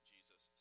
Jesus